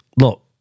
look